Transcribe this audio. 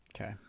Okay